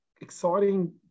exciting